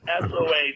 SOA